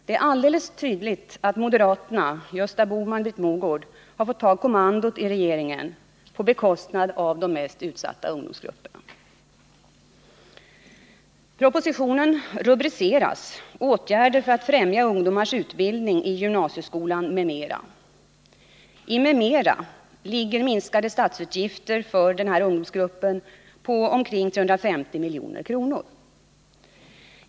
Det är alldeles tydligt att moderaterna, Gösta Bohman och Britt Mogård, har fått ta kommandot inom regeringen på bekostnad av de mest utsatta ungdomsgrupperna. Propositionen rubriceras som ”åtgärder för att främja ungdomars utbildning i gymnasieskolan m.m.”. I ”m.m.” ligger minskade statsutgifter för denna ungdomsgrupp på omkring 350 milj.kr.